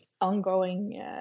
ongoing